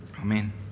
Amen